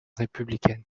républicaine